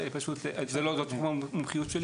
זה לא תחום המומחיות שלי.